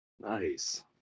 Nice